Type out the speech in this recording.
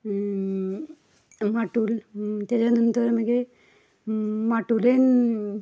माटूल तेज्या नंतर मागीर माटुलेन